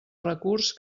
recurs